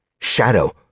shadow